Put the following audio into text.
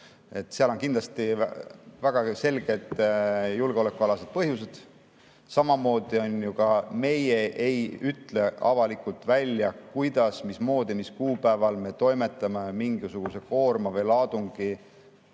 Seal on kindlasti väga selged julgeolekualased põhjused. Samamoodi ju ka meie ei ütle avalikult välja, kuidas, mismoodi või mis kuupäeval me toimetame mingisuguse koorma või laadungi